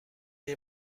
est